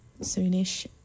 soonish